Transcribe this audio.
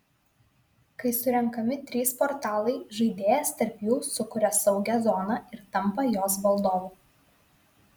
kai surenkami trys portalai žaidėjas tarp jų sukuria saugią zoną ir tampa jos valdovu